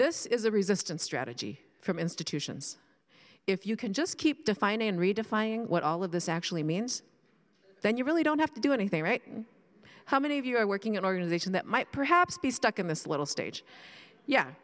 this is a resistance strategy from institutions if you can just keep defining and redefining what all of this actually means then you really don't have to do anything right how many of you are working an organization that might perhaps be stuck in this little stage yeah